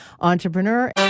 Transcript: entrepreneur